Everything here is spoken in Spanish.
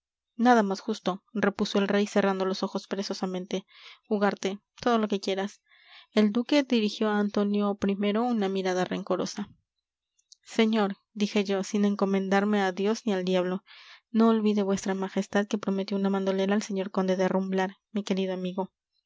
nada más justo repuso el rey cerrando los ojos perezosamente ugarte todo lo que quieras el duque dirigió a antonio i una mirada rencorosa señor dije yo sin encomendarme a dios ni al diablo no olvide vuestra majestad que prometió una bandolera al señor conde de rumblar mi querido amigo